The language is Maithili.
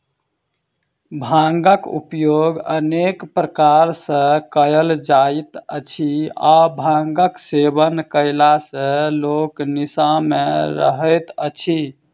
भांगक उपयोग अनेक प्रकार सॅ कयल जाइत अछि आ भांगक सेवन कयला सॅ लोक निसा मे रहैत अछि